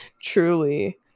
truly